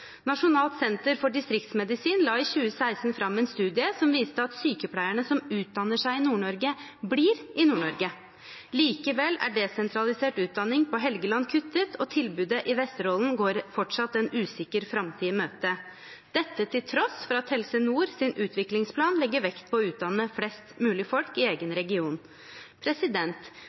Nasjonalt senter for distriktsmedisin la i 2016 fram en studie som viste at sykepleierne som utdanner seg i Nord-Norge, blir i Nord-Norge. Likevel er desentralisert utdanning på Helgeland kuttet, og tilbudet i Vesterålen går fortsatt en usikker framtid i møte, dette til tross for at Helse Nords utviklingsplan legger vekt på å utdanne flest mulig i egen region.